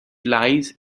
lies